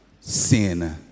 Sin